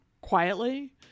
quietly